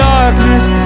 Darkness